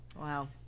Wow